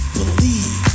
believe